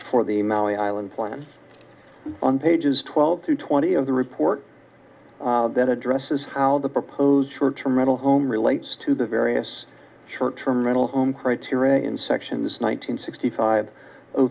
for the maui island plan on pages twelve to twenty of the report then addresses how the proposed short term rental home relates to the various short term rental home criteria in sections one nine hundred sixty five